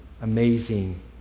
amazing